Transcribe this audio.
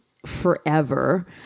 forever